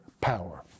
power